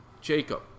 jacob